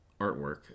artwork